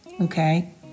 Okay